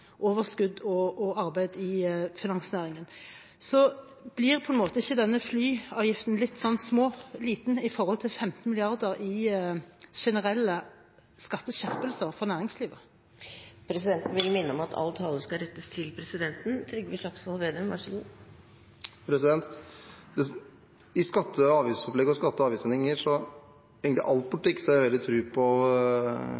overskudd og arbeid i finansnæringen. Blir ikke denne flyseteavgiften litt liten i forhold til 15 mrd. kr i generelle skatteskjerpelser for næringslivet? Presidenten vil minne om at all tale skal rettes til presidenten. I skatte- og avgiftsopplegg og skatte- og avgiftsendringer, og egentlig i all politikk, har jeg veldig tro på